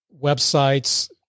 Websites